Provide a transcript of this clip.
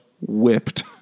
whipped